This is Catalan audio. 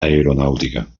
aeronàutica